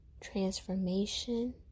transformation